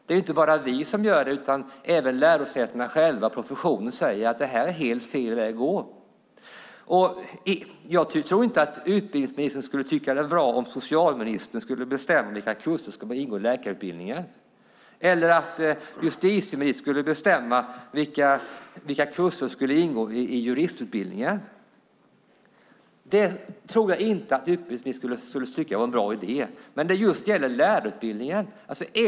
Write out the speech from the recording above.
Det är inte bara vi som gör det, utan även lärosätena själva och professionen säger att det här är helt fel väg att gå. Jag tror inte att utbildningsministern skulle tycka att det var bra om socialministern bestämde vilka kurser som ska ingå i läkarutbildningen eller om justitieministern bestämde vilka kurser som ska ingå i juristutbildningen. Jag tror inte att utbildningsministern skulle tycka att det var en bra idé. Men just när det gäller lärarutbildningen är det tydligen det.